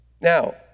Now